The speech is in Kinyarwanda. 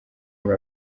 muri